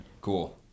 Cool